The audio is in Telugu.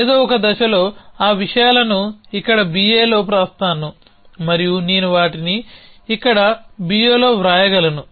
ఏదో ఒక దశలో ఆ విషయాలను ఇక్కడ BAలో వ్రాస్తాను మరియు నేను వాటిని ఇక్కడ BAలో వ్రాయగలను